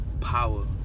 power